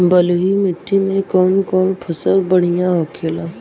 बलुई मिट्टी में कौन कौन फसल बढ़ियां होखेला?